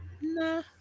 nah